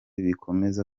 bikomeza